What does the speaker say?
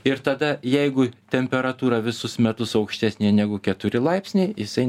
ir tada jeigu temperatūra visus metus aukštesnė negu keturi laipsniai jisai